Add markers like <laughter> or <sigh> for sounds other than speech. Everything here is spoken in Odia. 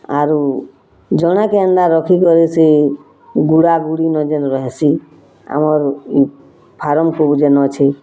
ଆରୁ ଜଣେକେ ଏନ୍ତା ରଖିକରି ସେ ଗୁଡ଼ାଗୁଡ଼ିନେ ଯେନ୍ ରହେସି ଆମର୍ ଇ ଫାରମ୍ <unintelligible> ଯେନ୍ ଅଛେ